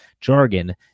jargon